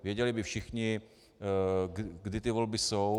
Věděli by všichni, kdy ty volby jsou.